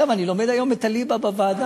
אגב, אני לומד היום את הליבה בוועדה.